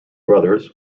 brothers